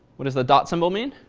what's the dot symbol mean?